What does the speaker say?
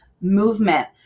movement